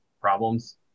problems